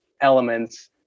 elements